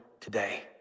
today